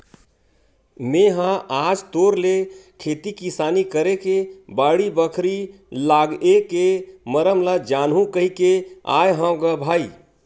मेहा आज तोर ले खेती किसानी करे के बाड़ी, बखरी लागए के मरम ल जानहूँ कहिके आय हँव ग भाई